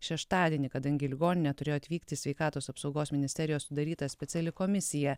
šeštadienį kadangi į ligoninę turėjo atvykti sveikatos apsaugos ministerijos sudaryta speciali komisija